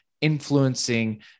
influencing